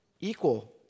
equal